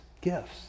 gifts